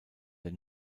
der